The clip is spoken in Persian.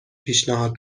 پیشنهاد